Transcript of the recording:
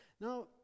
Now